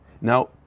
now